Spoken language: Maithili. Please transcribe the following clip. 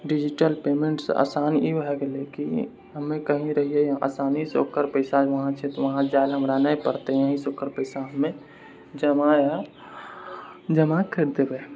डिजिटल पेमेन्टसँ आसान ई भए गेलै कि हमे कही रहिऐ आसानीसँ ओकर पैसा वहाँछै तऽ वहाँ जाइले हमरा नहि पड़तै यहींँ से ओकर पैसा हमे जमा या जमा करि देबए